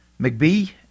McBee